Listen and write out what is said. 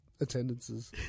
attendances